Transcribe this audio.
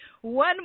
one